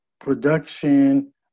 production